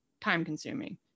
time-consuming